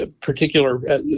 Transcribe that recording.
particular